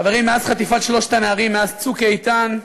חברים, מאז חטיפת שלושת הנערים, מאז "צוק איתן",